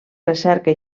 recerca